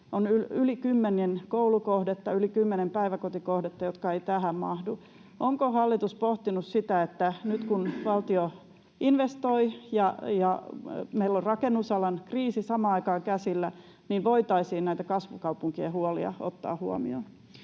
On yli kymmenen koulukohdetta ja yli kymmenen päiväkotikohdetta, jotka eivät tähän mahdu. Onko hallitus pohtinut sitä, että nyt kun valtio investoi ja meillä on rakennusalan kriisi samaan aikaan käsillä, voitaisiin näitä kasvukaupunkien huolia ottaa huomioon?